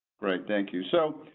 great, thank you. so,